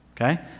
okay